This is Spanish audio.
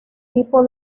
tipo